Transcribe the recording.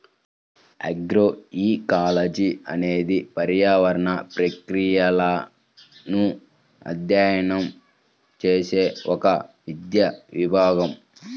agroecology అనేది పర్యావరణ ప్రక్రియలను అధ్యయనం చేసే ఒక విద్యా విభాగం